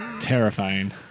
Terrifying